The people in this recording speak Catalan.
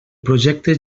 projecte